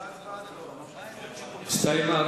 הסתיימה.